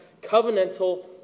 covenantal